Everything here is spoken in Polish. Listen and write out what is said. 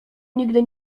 nigdy